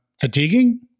fatiguing